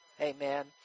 Amen